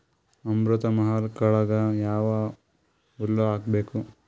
ಅಮೃತ ಮಹಲ್ ಆಕಳಗ ಯಾವ ಹುಲ್ಲು ಹಾಕಬೇಕು?